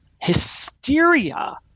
hysteria